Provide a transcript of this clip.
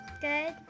Good